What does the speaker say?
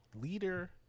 leader